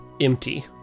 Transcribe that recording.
empty